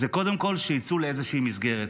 הוא קודם כול לצאת לאיזושהי מסגרת.